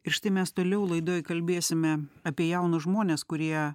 ir štai mes toliau laidoj kalbėsime apie jaunus žmones kurie